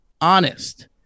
honest